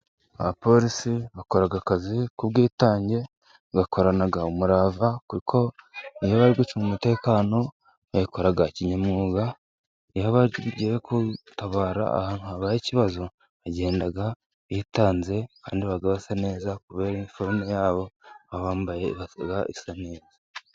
Abaporisi bakora akazi k'ubwitange bagakorana umurava, kuko iyo bari gucunga umutekano, babikora kinyamwuga iyo bagiye gutabara ahantu habaye ikibazo, bagenda bitanze kandi baba basa neza, kubera iniforume yabo baba bambaye isa neza.